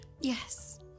Yes